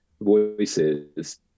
voices